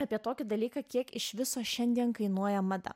apie tokį dalyką kiek iš viso šiandien kainuoja mada